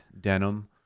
denim